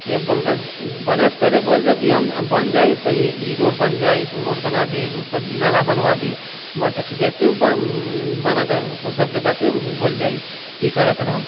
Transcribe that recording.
बनैसँ पहिले बोलि देलक कि बनि जाइ तऽ ई रोड बनि जाइ तऽ ओ रोड बना देब ई नाला बनवा दे जैसे ओ बनत सब बाते ओ भुलि जाइ कि कहले रहथिन हम